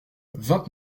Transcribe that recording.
vingt